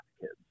kids